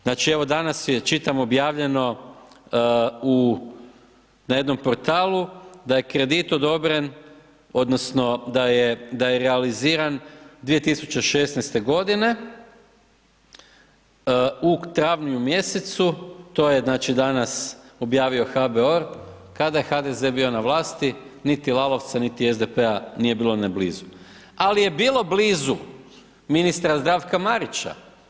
Znači, evo danas je, čitamo objavljeno na jednom portalu da je kredit odobren odnosno da je realiziran 2016.g. u travnju mjesecu, to je znači danas objavio HBOR, kada je HDZ bio na vlasti, niti Lalovca, niti SDP-a nije bilo ni blizu, ali je bilo blizu ministra Zdravka Marića.